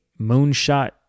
moonshot